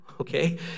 okay